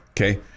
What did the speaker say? Okay